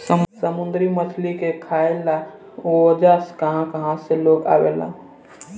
समुंद्री मछली के खाए ला ओजा कहा कहा से लोग आवेला